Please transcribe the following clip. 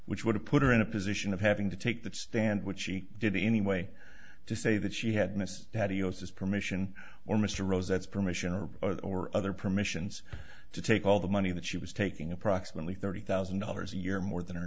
which would have put her in a position of having to take that stand which she did anyway to say that she had missed that he owes his permission or mr rose that's permission or or other permissions to take all the money that she was taking approximately thirty thousand dollars a year more than her